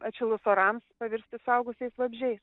atšilus orams pavirsti suaugusiais vabzdžiais